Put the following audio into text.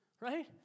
right